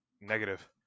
Negative